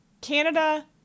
Canada